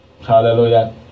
Hallelujah